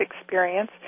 experience